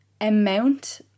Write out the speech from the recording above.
amount